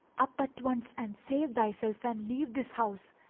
up at once and save thyself and leave this house,